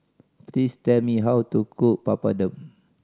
please tell me how to cook Papadum